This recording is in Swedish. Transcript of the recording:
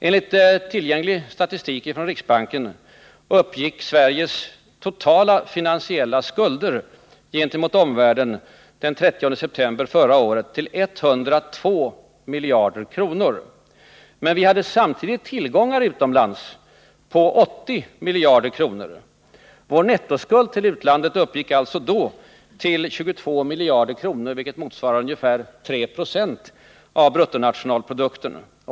Enligt tillgänglig statistik från riksbanken uppgick Sveriges totala finansiella skulder gentemot omvärlden den 30 september förra året till 102 miljarder kronor, men vi hade samtidigt tillgångar utomlands på 80 miljarder kronor. Vår nettoskuld till utlandet uppgick alltså då till 22 miljarder kronor, vilket motsvarar ungefär 5 70 av bruttonationalprodukten.